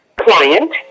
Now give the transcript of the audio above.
client